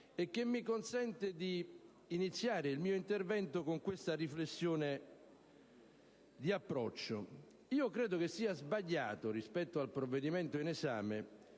che mi consente di iniziare il mio intervento con una riflessione sull'approccio. Io credo che sia sbagliato, rispetto al provvedimento in esame,